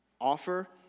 offer